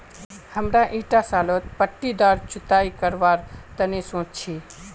हमरा ईटा सालत पट्टीदार जुताई करवार तने सोच छी